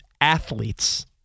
athletes